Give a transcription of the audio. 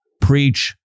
preach